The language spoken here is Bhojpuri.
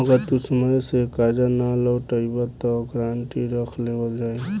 अगर तू समय से कर्जा ना लौटइबऽ त गारंटी रख लेवल जाई